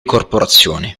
corporazioni